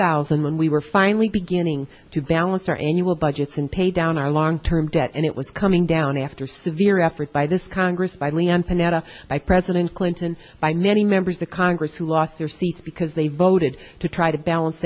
thousand when we were finally beginning to balance our annual budgets and pay down our long term debt and it was coming down after severe effort by this congress by leon panetta by president clinton by many members of congress who lost their seats because they voted to try to balance